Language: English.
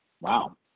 Wow